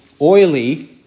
oily